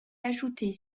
ajouter